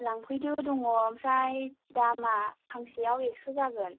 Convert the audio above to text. लांफैदो दङ ओमफ्राय दामा फांसेयाव एक्स' जागोन